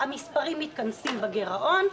המספרים מתכנסים בגירעון,